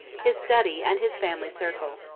his study and his family circle.